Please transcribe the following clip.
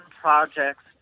projects